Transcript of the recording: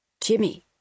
Jimmy